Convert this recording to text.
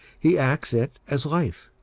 he acts it as life,